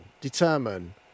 determine